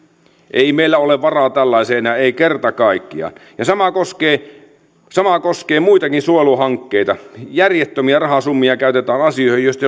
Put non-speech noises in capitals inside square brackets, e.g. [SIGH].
ei meillä ole varaa tällaiseen ei kerta kaikkiaan ja sama koskee sama koskee muitakin suojeluhankkeita järjettömiä rahasummia käytetään asioihin joista [UNINTELLIGIBLE]